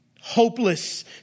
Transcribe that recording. hopeless